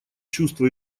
чувство